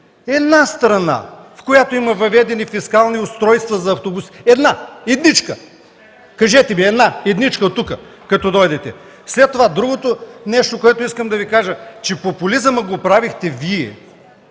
една страна, в която има въведени фискални устройства за автобуси! Една-едничка! Кажете ми една-едничка от тук, като дойдете. Другото нещо, което искам да Ви кажа: популизмът го правихте Вие,